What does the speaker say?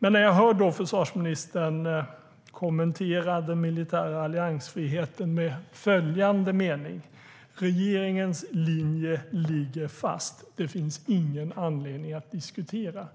När jag hör försvarsministern kommentera den militära alliansfriheten genom att säga att regeringens linje ligger fast och att det inte finns någon anledning att diskutera